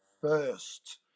first